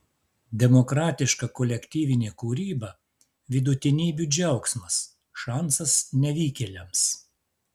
demokratiška kolektyvinė kūryba vidutinybių džiaugsmas šansas nevykėliams